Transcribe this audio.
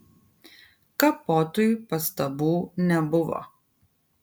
kapotui pastabų nebuvo